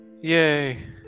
Yay